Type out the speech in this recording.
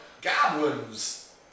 Goblins